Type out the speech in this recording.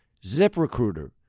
ZipRecruiter